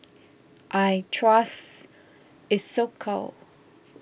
I trust Isocal